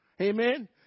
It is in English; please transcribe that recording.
Amen